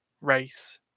race